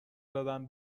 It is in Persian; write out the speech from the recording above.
زدن